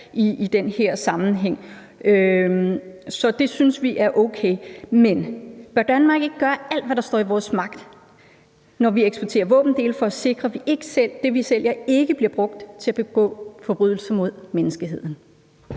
i den her sammenhæng, så det synes vi er okay. Men bør Danmark ikke gøre alt, hvad der står i vores magt, når vi eksporterer våbendele, for at sikre, at det, vi sælger, ikke bliver brugt til at begå forbrydelser mod menneskeheden?